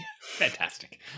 Fantastic